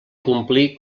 complir